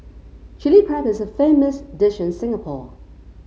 Chilli Crab is a famous dish in Singapore